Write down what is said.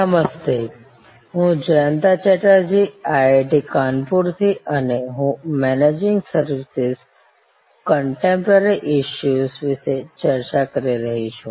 service consumer behaviour ૨ નમસ્તે હું Jayanta Chatterjee IIT Kanpur થી અને હું મેનેજિંગ સર્વિસિસ કોનટેમપોરારી ઈસ્સૂએસ વિશે ચર્ચા કરી રહી છું